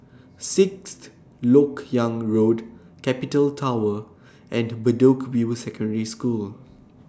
Sixth Lok Yang Road Capital Tower and Bedok View Secondary School